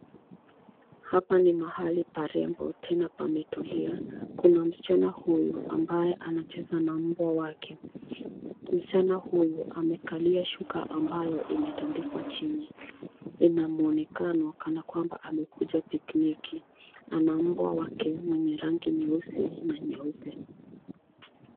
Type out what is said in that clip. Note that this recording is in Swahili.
Hapa ni mahali parembo tena pametulia. Kuna msichana huyu ambaye anacheza na mbwa wake. Msichana huyu amekalia shuka ambayo imetandikwa chini. Ina mwonekano kana kwamba amekuja pikniki. Ana mbwa wake mwenye rangi nyeusi na nyeupe.